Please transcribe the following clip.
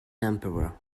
emperor